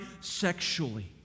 sexually